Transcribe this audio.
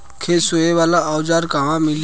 खेत सोहे वाला औज़ार कहवा मिली?